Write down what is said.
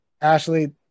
Ashley